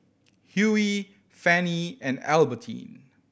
Hughie Fanny and Albertine